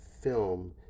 film